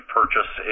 purchase